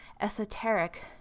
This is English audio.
esoteric